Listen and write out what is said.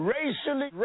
Racially